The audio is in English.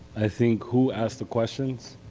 i think who asks the questions,